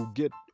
get